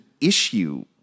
issue